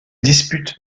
dispute